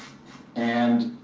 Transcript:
and